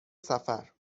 سفر